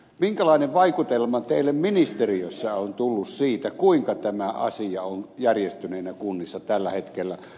minkälainen vaikutelma teille ministeriössä on tullut siitä kuinka tämä asia on järjestyneenä kunnissa tällä hetkellä